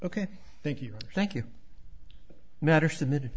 ok thank you thank you matter submitted